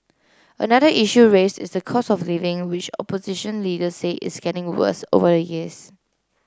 another issue raised is the cost of living which opposition leader say is getting worse over the years